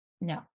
No